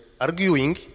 arguing